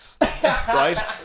right